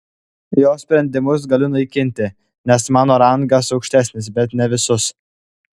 jo sprendimus galiu naikinti nes mano rangas aukštesnis bet ne visus